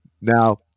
Now